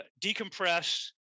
decompress